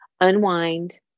unwind